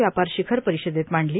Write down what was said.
व्यापार शिखर परिषदेत मांडली